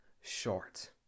short